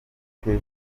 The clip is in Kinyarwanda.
gukora